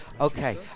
Okay